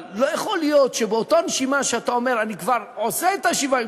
אבל לא יכול להיות שבאותה נשימה שאתה אומר: אני כבר עושה את השוויון,